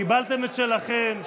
קיבלתם את שלכם,